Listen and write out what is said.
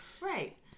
Right